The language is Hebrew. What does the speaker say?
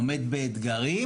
עומד באתגרים.